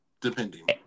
Depending